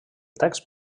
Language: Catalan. text